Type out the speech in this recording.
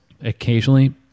occasionally